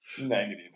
Negative